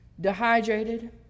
dehydrated